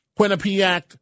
Quinnipiac